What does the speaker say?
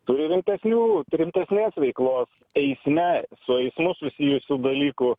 turi rimtesnių rimtesnės veiklos eisme su eismu susijusių dalykų